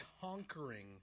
conquering